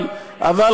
אבל אנחנו שוב פעם,